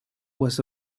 was